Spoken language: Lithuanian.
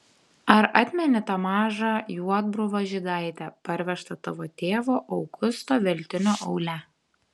ar atmeni tą mažą juodbruvą žydaitę parvežtą tavo tėvo augusto veltinio aule